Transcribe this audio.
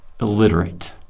illiterate